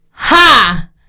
Ha